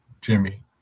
Jimmy